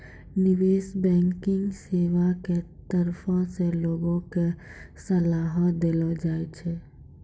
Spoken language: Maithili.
निबेश बैंकिग सेबा के तरफो से लोगो के सलाहो देलो जाय छै